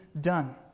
done